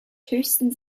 höchstens